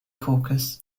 caucus